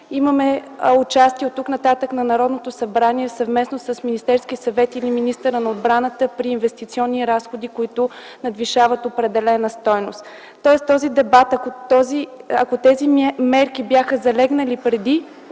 имаме участие оттук нататък на Народното събрание съвместно с Министерския съвет и министъра на отбраната при инвестиционни разходи, които надвишават определена стойност, тоест ако тези мерки бяха залегнали преди